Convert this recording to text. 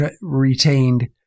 retained